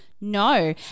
no